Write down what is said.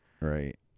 Right